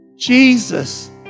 Jesus